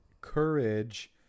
courage